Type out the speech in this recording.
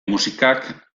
musikak